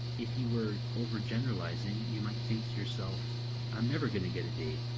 if you were overgeneralizing you might think to yourself i'm never going to get a date.